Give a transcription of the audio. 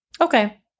Okay